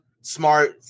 Smart